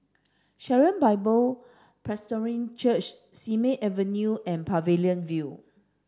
Sharon Bible Presbyterian Church Simei Avenue and Pavilion View